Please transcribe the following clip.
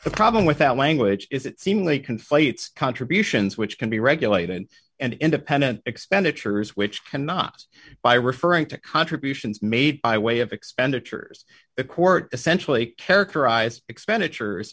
the problem with that language is it seemly conflates contributions which can be regulated and independent expenditures which cannot by referring to contributions made by way of expenditures the court essentially characterized expenditures